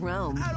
Rome